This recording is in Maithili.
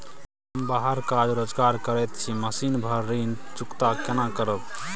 हम बाहर काज रोजगार करैत छी, महीना भर ऋण चुकता केना करब?